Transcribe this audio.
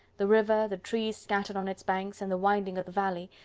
the river, the trees scattered on its banks and the winding of the valley,